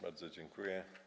Bardzo dziękuję.